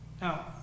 Now